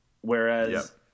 Whereas